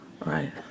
Right